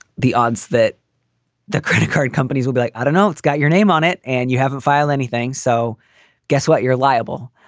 the odds that the credit card companies will be like, i don't know, it's got your name on it and you haven't filed anything. so guess what? you're liable.